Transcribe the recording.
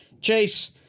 Chase